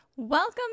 Welcome